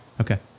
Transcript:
Okay